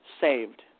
saved